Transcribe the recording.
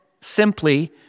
simply